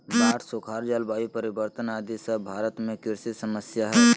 बाढ़, सुखाड़, जलवायु परिवर्तन आदि सब भारत में कृषि समस्या हय